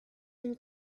and